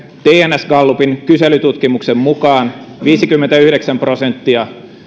tns gallupin kyselytutkimuksen mukaan viisikymmentäyhdeksän prosenttia